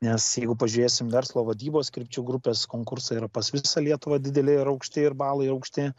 nes jeigu pažiūrėsim verslo vadybos krypčių grupės konkursą yra pas visą lietuvą dideli ir aukšti ir balai aukšti